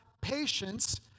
patience